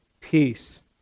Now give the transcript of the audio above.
peace